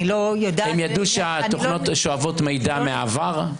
אני לא יודעת --- הם ידעו שהתוכנות שואבות מידע מהעבר?